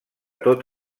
tot